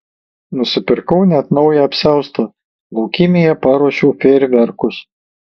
nusipirkau net naują apsiaustą laukymėje paruošiau fejerverkus